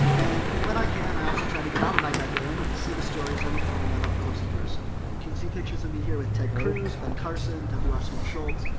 and, and when i can i also try to get out of my bedroom and see the stories i'm reporting on up close and personal. you can see pictures of me here with ted cruz, ben carson, debbie wasserman shultz,